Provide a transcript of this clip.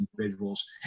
individuals